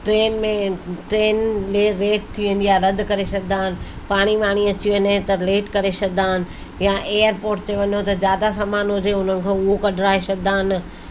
train में train रे late थी वेंदी आहे रद्द करे छॾंदा आहिनि पाणी वाणी अची वञे त लेट करे छॾंदा आहिनि या एयरपॉट ते वञो त जादा सामान हुजे उन्हनि खां उहो कढाए छॾंदा आहिनि